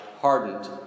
hardened